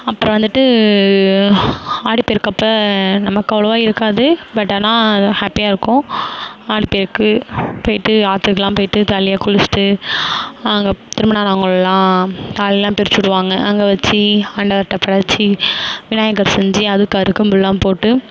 அப்புறம் வந்துட்டு ஆடிப் பெருக்கப்போ நமக்கு அவ்வளவா இருக்காது பட் ஆனால் ஹேப்பியாக இருக்கும் ஆடிப் பெருக்கு போயிட்டு ஆற்றுக்குலாம் போயிட்டு ஜாலியாக குளித்துட்டு அங்கே திருமணம் ஆனவங்கள்லாம் தாலிலாம் பிரித்து விடுவாங்க அங்கே வச்சு ஆண்டவர்ட்ட படைத்து விநாயகர் செஞ்சு அதுக்கு அருகம்புல்லாம் போட்டு